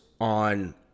on